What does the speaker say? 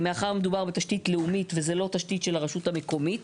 מאחר שמדובר בתשתית לאומית וזה לא תשית של הרשות המקומית,